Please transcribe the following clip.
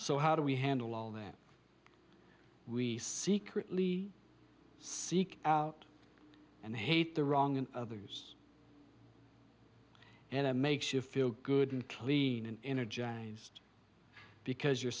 so how do we handle all that we secretly seek out and hate the wrong and others and it makes you feel good and clean and energized because you're